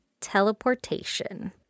teleportation